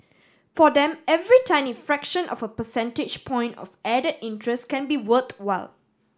for them every tiny fraction of a percentage point of added interest can be worthwhile